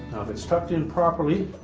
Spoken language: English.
it's tucked in properly,